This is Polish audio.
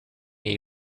jej